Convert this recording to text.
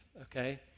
okay